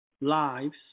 lives